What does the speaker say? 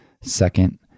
Second